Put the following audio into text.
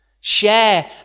Share